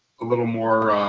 a little more